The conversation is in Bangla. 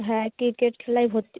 হ্যাঁ ক্রিকেট খেলায় ভর্তি